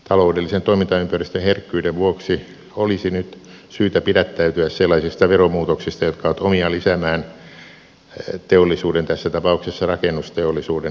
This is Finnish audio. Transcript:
taloudellisen toimintaympäristön herkkyyden vuoksi olisi nyt syytä pidättäytyä sellaisista veromuutoksista jotka ovat omiaan lisäämään teollisuuden tässä tapauksessa rakennusteollisuuden epävarmuutta